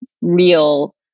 real